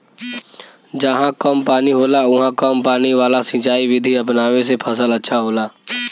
जहां कम पानी होला उहाँ कम पानी वाला सिंचाई विधि अपनावे से फसल अच्छा होला